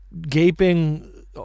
gaping